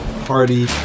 Party